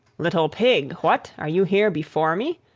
little pig, what! are you here before me?